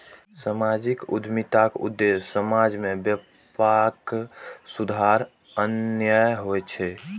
सामाजिक उद्यमिताक उद्देश्य समाज मे व्यापक सुधार आननाय होइ छै